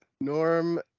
Norm